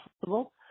possible